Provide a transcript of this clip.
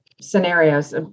scenarios